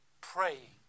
praying